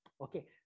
okay